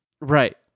Right